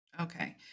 Okay